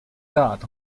guard